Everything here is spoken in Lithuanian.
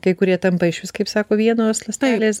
kurie tampa išvis kaip sako vienos ląstelės